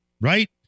right